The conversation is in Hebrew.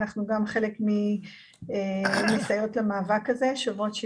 שוברות שוויון הם גם חלק מסיירת המאבק הזה.